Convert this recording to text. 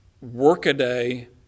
workaday